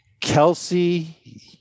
Kelsey